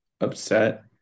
upset